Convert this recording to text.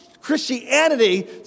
Christianity